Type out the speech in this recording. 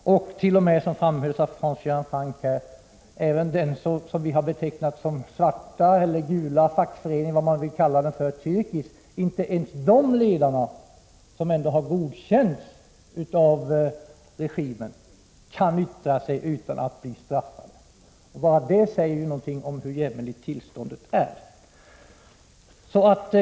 Som Hans Göran Franck framhöll kan inte ens ledarna för Tärk-Is — vari ingår de föreningar som betecknats som svarta eller gula, eller vad man nu vill kalla dem — som ändå har godkänts av regimen, yttra sig utan att bli straffade. Bara detta säger ju något om hur jämmerligt tillståndet är.